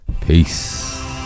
Peace